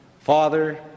Father